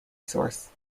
source